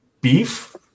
beef